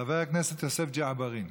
חבר הכנסת יוסף ג'בארין,